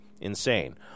insane